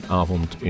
avond